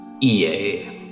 EA